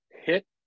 hit